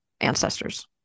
ancestors